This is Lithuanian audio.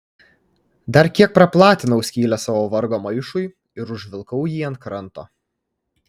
dar kiek praplatinau skylę savo vargo maišui ir užvilkau jį ant kranto